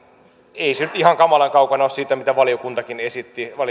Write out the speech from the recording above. ei se nyt ihan kamalan kaukana ole siitä mitä valiokuntakin esitti